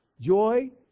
joy